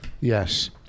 Yes